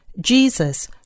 Jesus